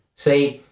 say,